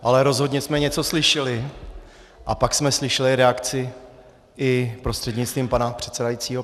Ale rozhodně jsme něco slyšeli a pak jsme slyšeli reakci prostřednictvím pana předsedajícího i pirátů.